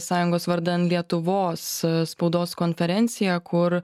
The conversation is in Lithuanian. sąjungos vardan lietuvos spaudos konferencija kur